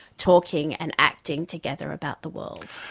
talking and acting together about the world.